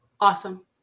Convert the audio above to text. awesome